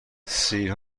سیر